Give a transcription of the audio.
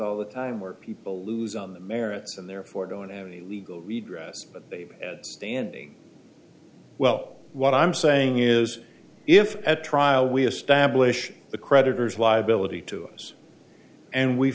all the time where people lose on the merits and therefore don't have any legal redress but standing well what i'm saying is if at trial we establish the creditors liability to us and we